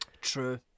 True